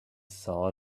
saw